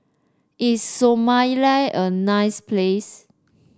is Somalia a nice place